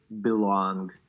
belong